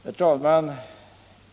Herr talman!